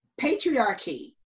patriarchy